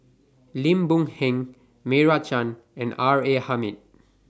Lim Boon Heng Meira Chand and R A Hamid